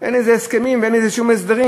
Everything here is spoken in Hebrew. אין לזה הסכמים ואין לזה שום הסדרים.